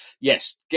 yes